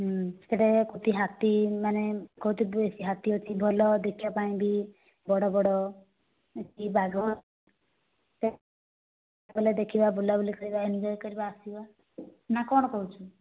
ହୁଁ ସେଟା କୋଉଠି ହାତୀ ମାନେ କୋଉଠି ଦେଶୀ ହାତୀ ଅଛି ଭଲ ଦେଖିବା ପାଇଁ ବି ବଡ଼ ବଡ଼ କି ବାଘ ଗଲେ ଦେଖିବା ବୁଲାବୁଲି କରିବା ଏନଜୟ୍ କରିବା ଆସିବା ନା କ'ଣ କହୁଛୁ